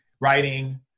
writing